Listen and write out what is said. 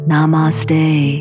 Namaste